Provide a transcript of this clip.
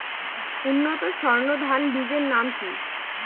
উন্নত সর্ন ধান বীজের নাম কি?